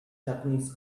japanese